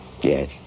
Yes